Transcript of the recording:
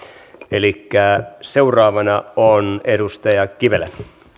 seuraavana on edustaja kivelä